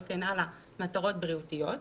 וכן הלאה מטרות בריאותיות.